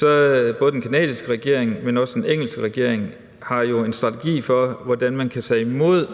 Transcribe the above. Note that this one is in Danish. har både den canadiske regering og den engelske regering en strategi for, hvordan man kan tage imod